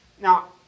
Now